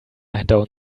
drängler